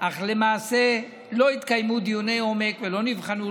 אך למעשה לא התקיימו דיוני עומק ולא נבחנו,